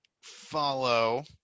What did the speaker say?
follow